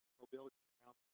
mobility around